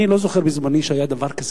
אני לא זוכר בזמני שהיה דבר כזה.